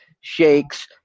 shakes